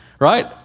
Right